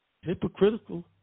Hypocritical